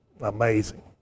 amazing